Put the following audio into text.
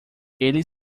ele